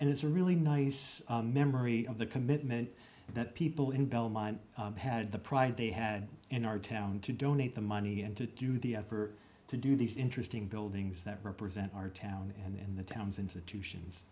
and it's a really nice memory of the commitment that people in belmont had the pride they had in our town to donate the money and to do the effort to do these interesting buildings that represent our town and in the towns institutions